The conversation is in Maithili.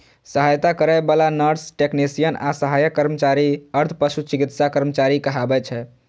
सहायता करै बला नर्स, टेक्नेशियन आ सहायक कर्मचारी अर्ध पशु चिकित्सा कर्मचारी कहाबै छै